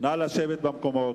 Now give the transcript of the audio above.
נא לשבת במקומות.